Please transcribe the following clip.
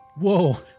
Whoa